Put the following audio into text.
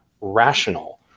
rational